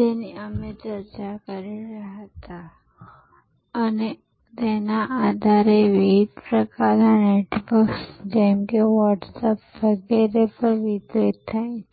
જેની અમે ચર્ચા કરી રહ્યા હતા અને તેના આધારે વિવિધ પ્રકારના નેટવર્ક્સ જેમ કે Whatsapp વગેરે પર વિતરિત થાય છે